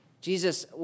Jesus